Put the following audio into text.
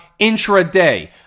intraday